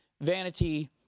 vanity